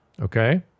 Okay